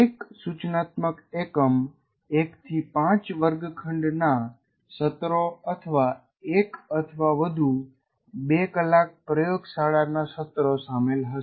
એક સૂચનાત્મક એકમ 1 થી 5 વર્ગખંડના સત્રો અથવા 1 અથવા વધુ 2 કલાક પ્રયોગશાળાના સત્રો શામેલ હશે